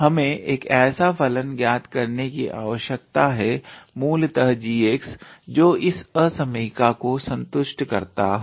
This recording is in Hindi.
हमें एक ऐसा फलन ज्ञात करने की आवश्यकता है मूलतः g जो इस असमयिका को संतुष्ट करता हो